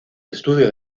estudios